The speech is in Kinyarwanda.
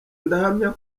ndahamya